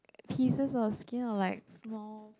pieces of skin or like more